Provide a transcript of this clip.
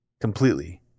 completely